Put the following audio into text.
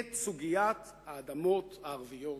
את סוגיית האדמות הערביות,